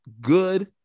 good